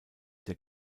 der